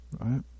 right